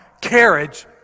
carriage